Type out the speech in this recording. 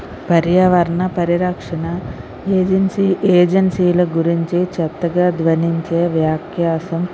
పర్యావరణ పరిరక్షణ ఏజెన్సీ ఏజెన్సీల గురించి చెత్తగా ధ్వనించే వ్యాఖ్యాసం